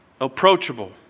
approachable